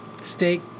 steak